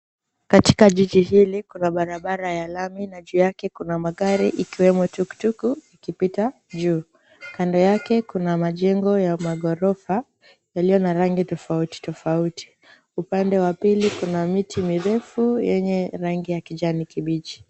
Katika jiji hili kuna barabara ya lami na juu yake kuna magari ikiwemo tuktuk ikipita juu, kando yake kuna majengo ya maghorofa yaliyo na rangi tofauti tofauti upande wa pili kuna miti mirefu yenye rangi ya kijani kibichi.